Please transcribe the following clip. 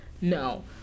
no